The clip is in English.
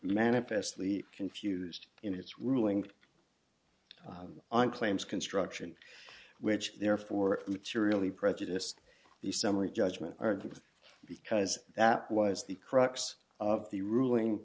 manifestly confused in its ruling and claims construction which therefore materially prejudiced the summary judgment argument because that was the crux of the ruling